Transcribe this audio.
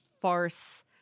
farce